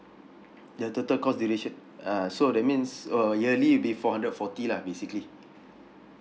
the total course duration uh so that means oh yearly will be four hundred forty lah basically